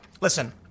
listen